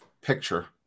picture